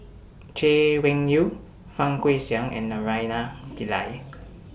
Chay Weng Yew Fang Guixiang and Naraina Pillai